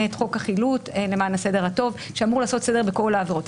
את חוק החילוט שאמור לעשות סדר בכל העבירות.